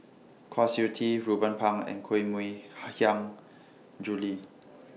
Kwa Siew Tee Ruben Pang and Koh Mui Hiang Julie